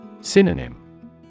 Synonym